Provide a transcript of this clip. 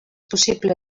possible